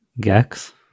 Gex